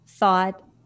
thought